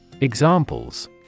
Examples